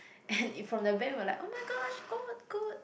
and in from the van we were like oh-my-gosh god good